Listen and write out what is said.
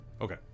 Okay